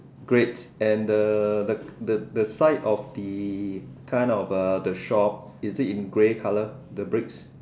great and the the the the side of the kind of uh the shop is it in grey colour the bricks